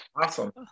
Awesome